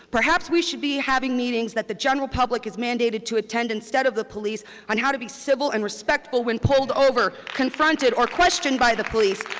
perhaps we should be having meetings at the general public is mandated to attend instead of the police on how to be civil and respectful when pulled over, confronted or questioned by the police.